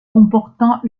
comportant